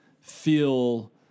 feel